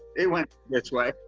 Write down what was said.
it went this way.